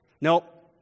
Nope